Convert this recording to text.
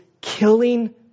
killing